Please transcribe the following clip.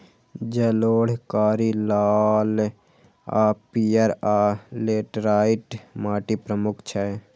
जलोढ़, कारी, लाल आ पीयर, आ लेटराइट माटि प्रमुख छै